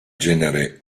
genere